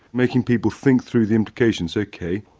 making people think through the implications ok,